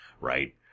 Right